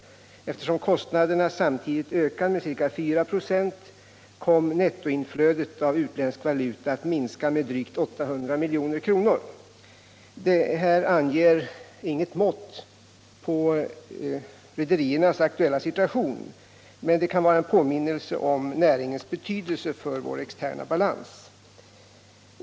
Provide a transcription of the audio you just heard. Eftersom kostnaderna samtidigt ökade med ca 4 96 kom nettoinflödet av utländsk valuta att minska med drygt 800 milj.kr. Detta anger inget mått på rederiernas aktuella situation, men det kan vara en påminnelse om rederinäringens betydelse för vår externa balans.